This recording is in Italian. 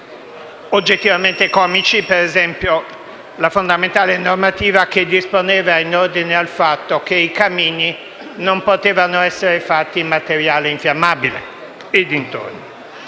oggettivamente comici: ad esempio, la fondamentale normativa che disponeva in ordine al fatto che i camini non potessero essere fatti in materiale infiammabile, e via